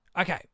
Okay